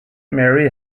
mary